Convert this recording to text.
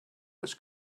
was